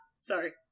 Sorry